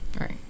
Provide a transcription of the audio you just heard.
right